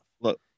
look